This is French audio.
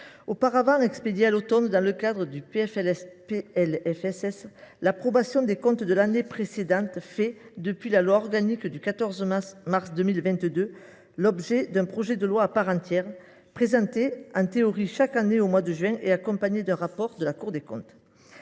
du projet de loi de financement de la sécurité sociale, l’approbation des comptes de l’année précédente fait, depuis la loi organique du 14 mars 2022, l’objet d’un projet de loi à part entière, présenté, en théorie, chaque année au mois de juin et accompagné d’un rapport de la Cour des comptes.